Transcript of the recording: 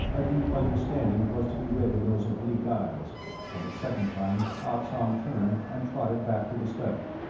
a deep understanding was to be read in those oblique eyes and a second time ah tsong turned and trotted back to the study.